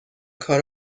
کار